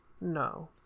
No